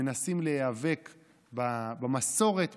מנסים להיאבק במסורת,